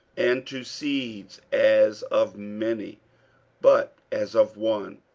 and to seeds, as of many but as of one,